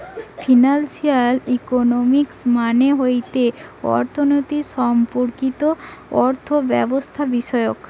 financial economics মানে হতিছে অর্থনীতি সম্পর্কিত অর্থব্যবস্থাবিষয়ক